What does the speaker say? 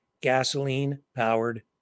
gasoline-powered